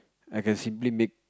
I can simply make